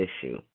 issue